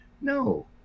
No